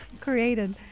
Created